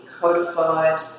codified